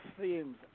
themes